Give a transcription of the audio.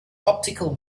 optical